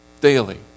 daily